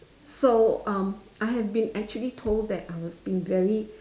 so um I have been actually told I was being very